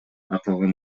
аталган